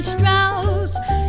Strauss